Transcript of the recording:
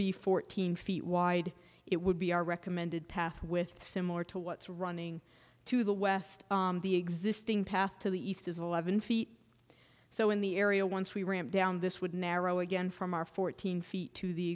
be fourteen feet wide it would be our recommended path with similar to what's running to the west the existing path to the east is eleven feet so in the area once we ramp down this would narrow again from our fourteen feet to the